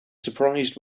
surprised